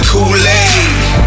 Kool-Aid